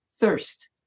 thirst